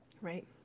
Right